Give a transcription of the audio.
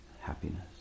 happiness